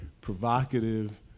provocative